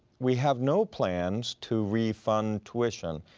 we have no plans to refund tuition.